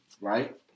right